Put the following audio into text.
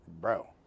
bro